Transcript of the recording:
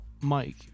Mike